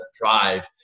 drive